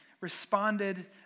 responded